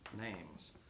names